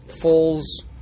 falls